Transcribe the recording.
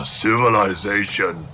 civilization